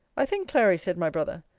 i think, clary, said my brother,